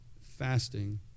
fasting